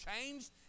changed